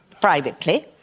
privately